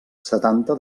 setanta